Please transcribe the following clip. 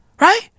right